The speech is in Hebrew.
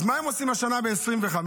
אז מה הם עושים השנה, ב-2025?